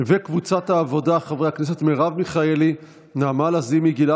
קבוצת העבודה: חברי הכנסת מרב מיכאלי,